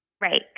Right